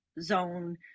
zone